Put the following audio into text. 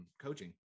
coaching